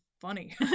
funny